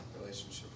Relationship